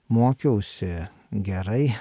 mokiausi gerai